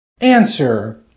Answer